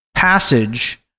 passage